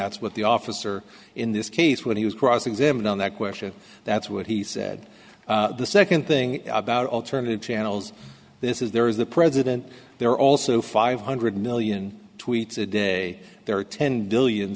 that's what the officer in this case when he was cross examined on that question that's what he said second thing about alternative channels this is there is the president there are also five hundred million tweets a day there are ten billion